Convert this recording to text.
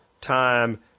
time